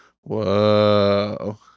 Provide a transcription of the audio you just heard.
Whoa